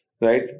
Right